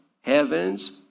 Heavens